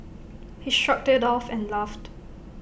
he shrugged IT off and laughed